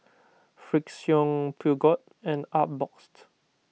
Frixion Peugeot and Artbox